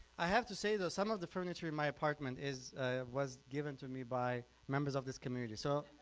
i have to say though some of the furniture in my apartment is was given to me by members of this community so